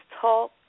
talk